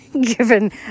given